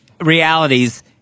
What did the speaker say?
realities